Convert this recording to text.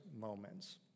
moments